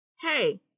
Hey